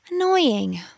Annoying